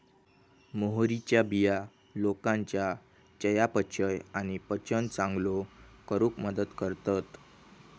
मोहरीच्या बिया लोकांच्या चयापचय आणि पचन चांगलो करूक मदत करतत